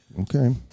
Okay